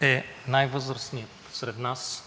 е най-възрастният сред нас